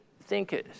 thinkers